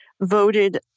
voted